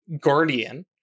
guardian